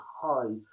high